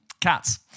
Cats